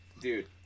Dude